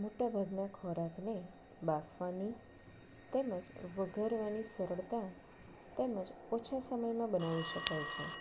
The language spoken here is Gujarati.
મોટાભાગના ખોરાકને બાફવાની તેમજ વઘારવાની સરળતા તેમજ ઓછા સમયમાં બનાવી શકાય છે